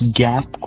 gap